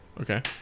Okay